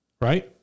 right